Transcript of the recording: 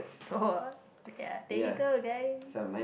[wah] ya there you go guys